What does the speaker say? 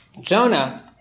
Jonah